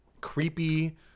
creepy